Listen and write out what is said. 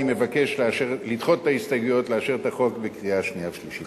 אני מבקש לדחות את ההסתייגויות ולאשר את החוק בקריאה שנייה ושלישית.